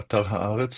באתר הארץ,